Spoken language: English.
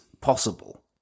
possible